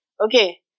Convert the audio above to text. Okay